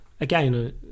again